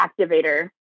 activator